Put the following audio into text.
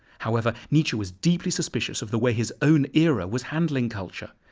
however, nietzsche was deeply suspicious of the way his own era was handling culture.